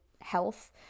health